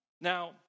Now